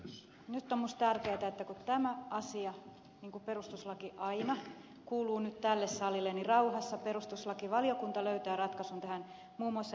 nyt on minusta tärkeätä että kun tämä asia niin kuin perustuslaki aina kuuluu nyt tälle salille niin rauhassa perustuslakivaliokunta löytää ratkaisun tähän muun muassa ed